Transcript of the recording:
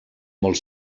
molt